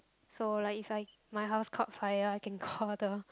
so like if I my house caught fire I can call the